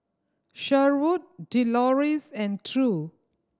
Sherwood Deloris and True